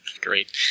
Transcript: great